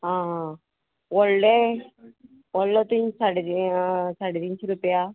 आं हां व्होडले व्हडलो तीन साडे साडे तिनशी रुपया